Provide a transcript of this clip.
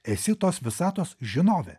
esi tos visatos žinovė